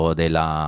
della